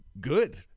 good